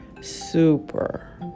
super